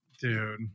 Dude